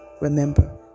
Remember